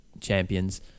champions